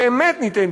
באמת ניתן,